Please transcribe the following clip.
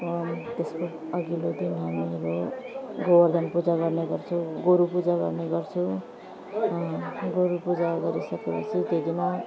त्यसको अघिल्लो दिन हामीहरू गोवर्धन पूजा गर्ने गर्छौँ गोरु पूजा गर्ने गर्छौँ गोरु पूजा गरिसके पछि त्यही दिन